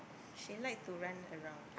she like to run around